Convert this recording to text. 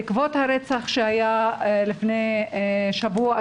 בעקבות הרצח שהיה לפני שבוע,